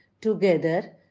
together